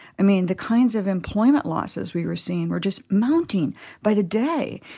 i mean the kinds of employment losses we were seeing were just mounting by the day.